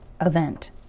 event